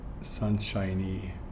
sunshiny